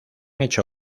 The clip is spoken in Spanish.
hecho